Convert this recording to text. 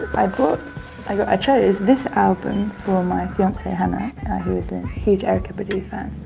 i but i chose this album for my fiance hannah who is a huge erykah badu fan.